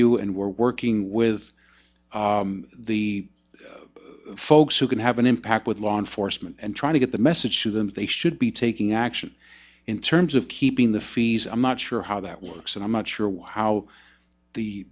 you and we're working with the folks who can have an impact with law enforcement and trying to get the message to them that they should be taking action in terms of keeping the fees i'm not sure how that works and i'm not sure